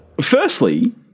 Firstly